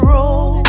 Roll